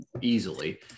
easily